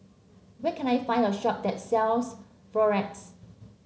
where can I find a shop that sells Frex